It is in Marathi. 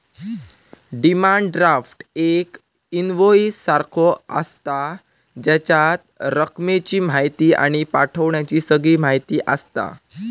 डिमांड ड्राफ्ट एक इन्वोईस सारखो आसता, जेच्यात रकमेची म्हायती आणि पाठवण्याची सगळी म्हायती आसता